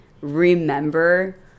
remember